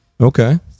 Okay